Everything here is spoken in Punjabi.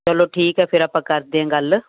ਚਲੋ ਠੀਕ ਹ ਫਿਰ ਆਪਾਂ ਕਰਦੇ ਆ ਗੱਲ